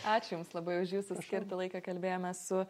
ačiū jums labai už jūsų skirtą laiką kalbėjomės su